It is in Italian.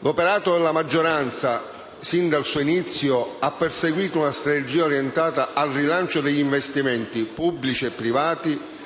L'operato della maggioranza, sin dal suo inizio, ha perseguito una strategia orientata al rilancio degli investimenti, pubblici e privati